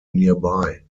nearby